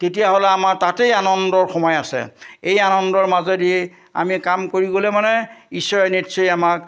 তেতিয়াহ'লে আমাৰ তাতেই আনন্দৰ সময় আছে এই আনন্দৰ মাজেদি আমি কাম কৰি গ'লে মানে ঈশ্বৰে নিশ্চয়ে আমাক